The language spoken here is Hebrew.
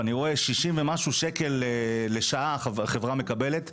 ואני רואה 60 ומשהו שקלים לחברה החברה מקבלת.